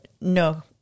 No